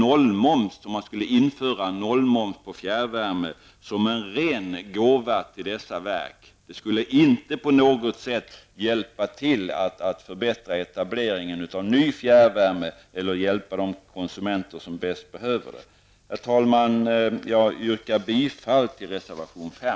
Om man skulle införa nollmoms på fjärrvärme skulle det innebära en ren gåva till dessa verk. Det skulle inte på något sätt hjälpa till att förbättra etableringen av ny fjärrvärme eller hjälpa de konsumenter som bäst behöver det. Herr talman! Jag yrkar bifall till reservation nr 5.